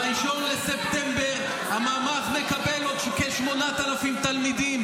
ב-1 בספטמבר הממ"ח מקבל עוד כ-8,000 תלמידים